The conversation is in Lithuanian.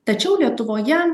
tačiau lietuvoje